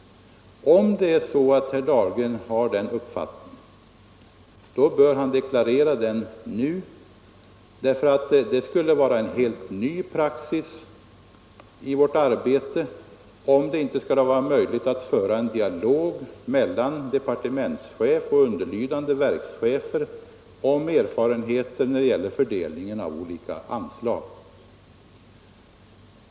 Om herr Dahlgren har den uppfattningen bör han deklarera den nu. Det skulle nämligen vara en helt ny praxis i vårt arbete, om det inte skulle vara möjligt att föra en dialog mellan departementschef och underlydande verkschefer om fördelningen av olika anslag.